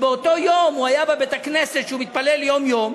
שבאותו יום הוא היה בבית-הכנסת שהוא מתפלל יום-יום,